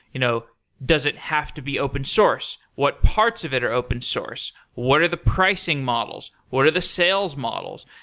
you know does it have to be open source? what parts of it are open source? what are the pricing models? what are the sales models?